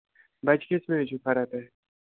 بَچہِ کِتھٕ پٲٹھۍ حظ چھِ پَران تۄہہِ